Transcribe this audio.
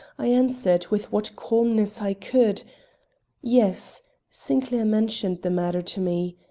i answered with what calmness i could yes sinclair mentioned the matter to me.